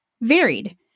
varied